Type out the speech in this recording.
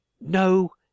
no